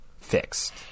fixed